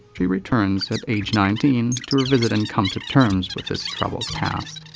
she returns at age nineteen to revisit and come to terms with this troubled past.